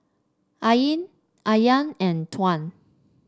Ain Aryan and Tuah